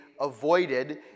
avoided